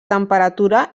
temperatura